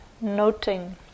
noting